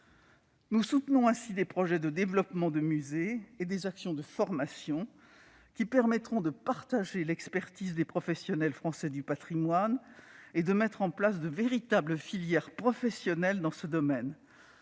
Nous soutenons ainsi des projets de développement de musées et des actions de formation, qui permettront de partager l'expertise des professionnels français du patrimoine et de mettre en place de véritables filières professionnelles dans ce domaine.